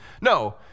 No